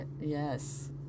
Yes